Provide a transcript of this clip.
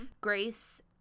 Grace